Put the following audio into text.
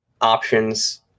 options